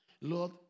Lord